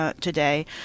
Today